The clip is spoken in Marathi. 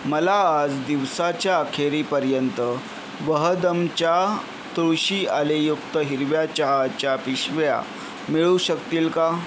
मला आज दिवसाच्या अखेरीपर्यंत वहदमच्या तुळशी आलेयुक्त हिरव्या चहाच्या पिशव्या मिळू शकतील का